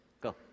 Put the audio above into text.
Go